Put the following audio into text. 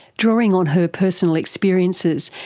drawing on her personal experiences,